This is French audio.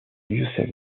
youssef